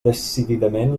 decididament